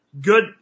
good